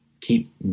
keep